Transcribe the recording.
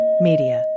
Media